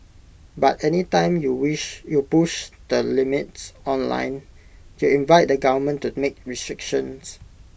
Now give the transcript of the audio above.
but any time you wish you push the limits online you invite the government to make restrictions